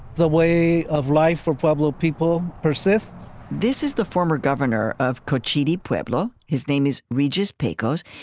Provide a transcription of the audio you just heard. the way of life for pueblo people persists this is the former governor of cochiti pueblo. his name is regis pecos,